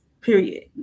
Period